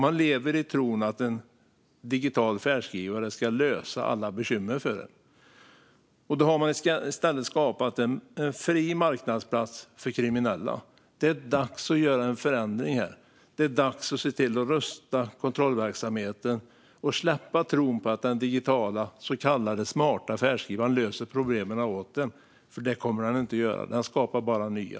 Man lever i tron att en digital färdskrivare ska lösa alla bekymmer för en. Då har man i stället skapat en fri marknadsplats för kriminella. Det är dags att göra en förändring. Det är dags att rusta kontrollverksamheten och släppa tron på att den digitala så kallade smarta färdskrivaren löser problemen. Det kommer den inte att göra. Den skapar bara nya.